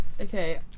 Okay